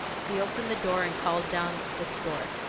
he opened the door and called down the store,